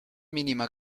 mínima